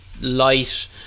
light